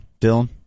Dylan